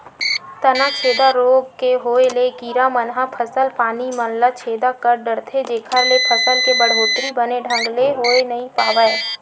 तनाछेदा रोग के होय ले कीरा मन ह फसल पानी मन ल छेदा कर डरथे जेखर ले फसल के बड़होत्तरी बने ढंग ले होय नइ पावय